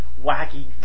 wacky